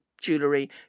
jewellery